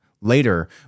later